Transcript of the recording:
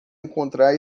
encontrar